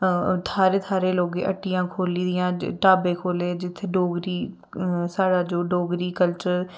थाह्रें थाह्रें लोगें हट्टियां खोह्ली दियां ढाबे खोह्ले दे जित्थे डोगरी साढ़ा जो डोगरी कल्चर